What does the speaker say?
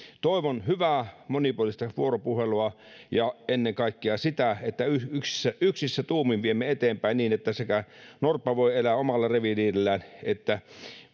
toivon hyvää monipuolista vuoropuhelua ja ennen kaikkea sitä että yksissä yksissä tuumin viemme eteenpäin tätä niin että sekä norppa voi elää omalla reviirillään että